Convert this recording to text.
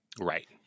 Right